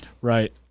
Right